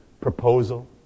proposal